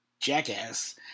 jackass